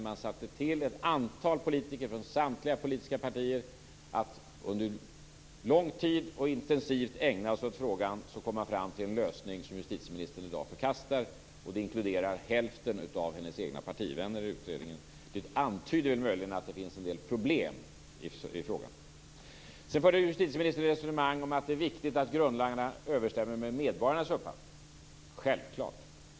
Man har tillsatt ett antal politiker från samtliga politiska partier att intensivt och under lång tid ägna sig åt att komma fram till en lösning, men justitieministern förkastar i dag förslaget från utredningsmajoriteten, inkluderande hälften av hennes egna partivänner i utredningen. Detta antyder möjligen att det finns en del problem i frågan. Justitieministern för vidare ett resonemang om att det är viktigt att grundlagarna överensstämmer med medborgarnas uppfattning. Självklart!